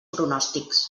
pronòstics